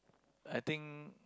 I think